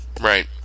Right